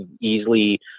easily